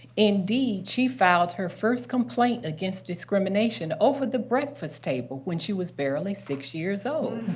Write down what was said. indeed, she filed her first complaint against discrimination over the breakfast table when she was barely six years old,